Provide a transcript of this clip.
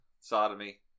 sodomy